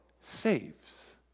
saves